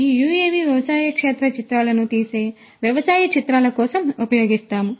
ఈ యుఎవి వ్యవసాయ క్షేత్ర చిత్రాలను తీసే వ్యవసాయ చిత్రాల కోసం ఉపయోగిస్తాము